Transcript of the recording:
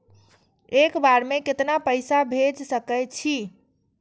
एक बार में केतना पैसा भेज सके छी?